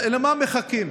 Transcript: למה מחכים?